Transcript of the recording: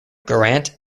geraint